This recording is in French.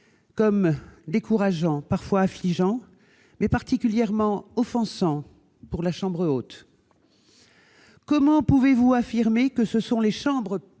comme décourageants, parfois affligeants et particulièrement offensants pour la chambre haute. Comment pouvez-vous affirmer que ce sont les chambres